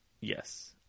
yes